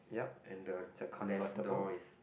and the left door is